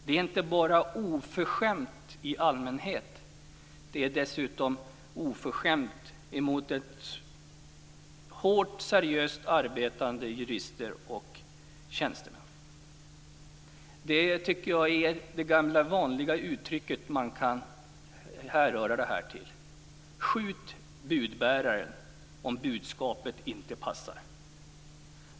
Det är inte bara oförskämt i allmänhet, utan det är dessutom oförskämt mot hårt och seriöst arbetande jurister och tjänstemän. Man kan här hänvisa till det gamla uttrycket: Skjut budbäraren om budskapet inte passar!